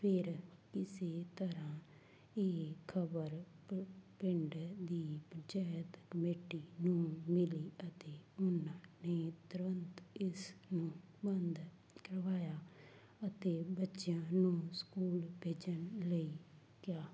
ਫਿਰ ਕਿਸੇ ਤਰ੍ਹਾਂ ਇਹ ਖਬਰ ਪ ਪਿੰਡ ਦੀ ਪੰਚਾਇਤ ਕਮੇਟੀ ਨੂੰ ਮਿਲੀ ਅਤੇ ਉਹਨਾਂ ਨੇ ਤੁਰੰਤ ਇਸ ਨੂੰ ਬੰਦ ਕਰਵਾਇਆ ਅਤੇ ਬੱਚਿਆਂ ਨੂੰ ਸਕੂਲ ਭੇਜਣ ਲਈ ਕਿਹਾ